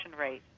rate